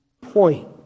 point